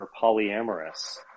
polyamorous